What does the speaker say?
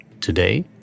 Today